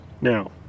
Now